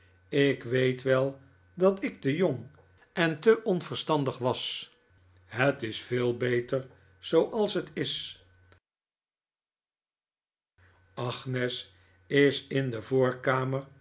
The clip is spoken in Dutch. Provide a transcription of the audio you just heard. ik weet wel dat ik te jong en te onverstandig was het is veel beter zooals het is agnes is in de voorkamer